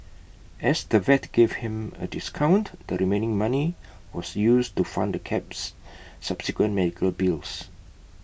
as the vet gave him A discount the remaining money was used to fund the cat's subsequent medical bills